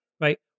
Right